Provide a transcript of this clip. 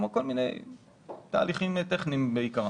כל מיני תהליכים טכניים בעיקרם.